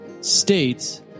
states